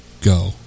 Go